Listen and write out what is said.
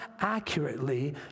accurately